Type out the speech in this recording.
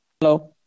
Hello